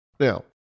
Now